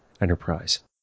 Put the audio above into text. enterprise